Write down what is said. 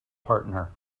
partner